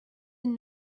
and